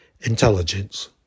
intelligence